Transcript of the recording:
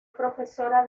profesora